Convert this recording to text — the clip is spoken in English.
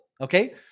okay